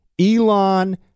Elon